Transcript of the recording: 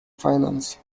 finance